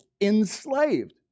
enslaved